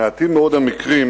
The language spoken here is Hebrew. מעטים מאוד המקרים